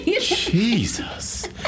Jesus